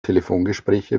telefongespräche